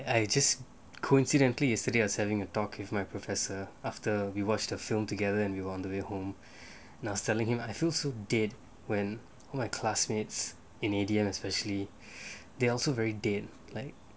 I just coincidentally yesterday was having a talk with my professor after we watched the film together and we want to be home I was telling him I feel so dead when my classmates in india especially they also very dead like